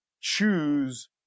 choose